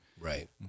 Right